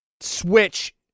Switch